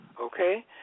okay